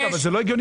מדינה.